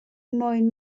moyn